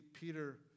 Peter